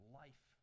life